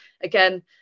again